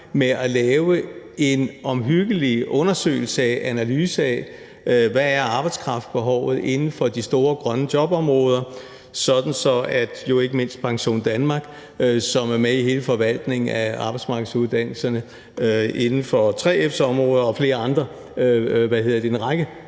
at lave en omhyggelig analyse af, hvad arbejdskraftbehovet er inden for de store grønne jobområder – PensionDanmark er med i hele forvaltningen af arbejdsmarkedsuddannelserne inden for 3F's område og en række fags områder – så